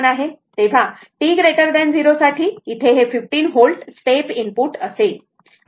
तेव्हा t 0 साठी इथे हे 15 व्होल्ट स्टेप इनपुट असेल